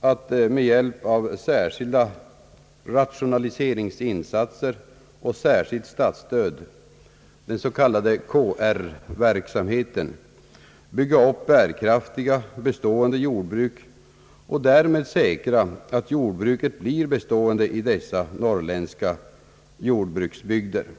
att med hjälp av särskilda rationaliseringsinsatser och särskilt statsstöd — den s.k. KR verksamheten — bygga upp bärkraftiga, bestående jordbruk och därmed säkra att jordbruket blir bestående i de norrländska jordbruksbygderna.